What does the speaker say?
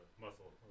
muscle